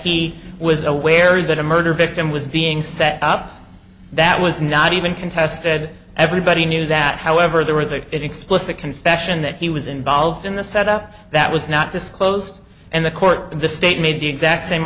he was aware that a murder victim was being set up that was not even contested everybody knew that however there was a explicit confession that he was involved in the set up that was not disclosed and the court in the state made the exact same